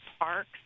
parks